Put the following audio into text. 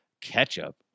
ketchup